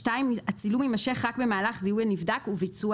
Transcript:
(2)הצילום יימשך רק במהלך זיהוי הנבדק וביצוע